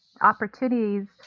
opportunities